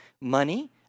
money